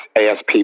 ASP